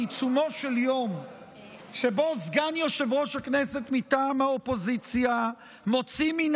בעיצומו של יום שבו סגן יושב-ראש הכנסת מטעם האופוזיציה מוציא מן